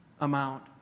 amount